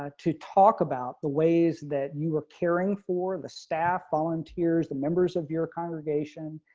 ah to talk about the ways that you are caring for and the staff, volunteers. the members of your congregation